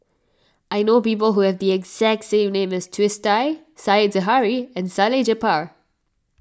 I know people who have the exact name as Twisstii Said Zahari and Salleh Japar